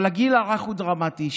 אבל הגיל הרך הוא דרמטי.